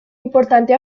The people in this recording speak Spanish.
importante